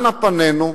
אנה פנינו.